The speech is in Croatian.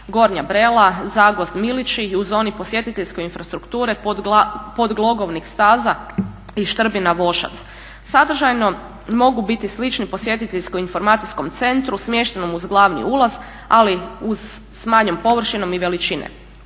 Gornja Brela, Zagvozd, Milići i u zoni posjetiteljske infrastrukture Podglogovik staza i Štrbina, Vošac. Sadržajno mogu biti slični posjetiteljsko-informacijskom centru smještenom uz glavni ulaz, ali uz s manjom površinom i veličine.